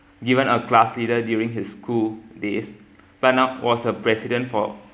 given a class leader during his school days but now was a president